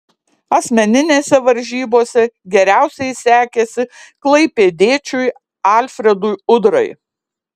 asmeninėse varžybose geriausiai sekėsi klaipėdiečiui alfredui udrai